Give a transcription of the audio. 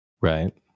Right